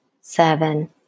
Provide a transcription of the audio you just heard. seven